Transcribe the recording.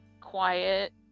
quiet